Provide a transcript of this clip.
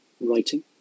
writing